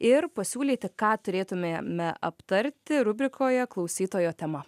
ir pasiūlyti ką turėtumėme aptarti rubrikoje klausytojo tema